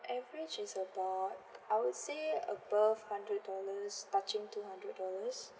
average it's about I would say above hundred dollars touching two hundred dollars